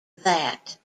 that